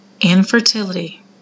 infertility